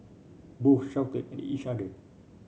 both shouted at each other